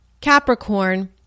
Capricorn